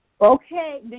Okay